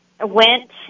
went